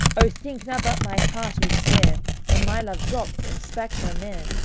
o think na but my heart was sair when my love dropt and spak nae mair!